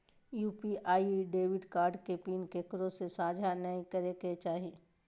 UPI debit card के PIN केकरो से साझा नइ करे के चाही